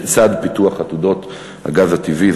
לצד פיתוח עתודות הגז הטבעי,